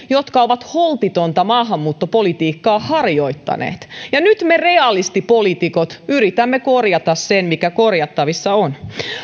jotka ovat holtitonta maahanmuuttopolitiikkaa harjoittaneet ja nyt me realistipoliitikot yritämme korjata sen mikä korjattavissa on